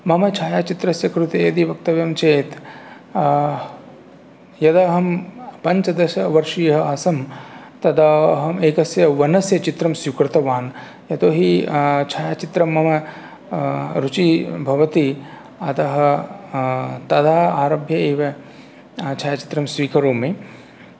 मम छायाचित्रस्य कृते यदि वक्तव्यं चेत् यदा अहं पञ्चदशवर्षीयः आसम् तदा अहम् एकस्य वनस्य चित्रं स्वीकृतवान् यतोहि छायाचित्रं मम रुचिः भवति अतः तदा आरभ्य एव छायाचित्रं स्वीकरोमि